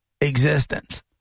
existence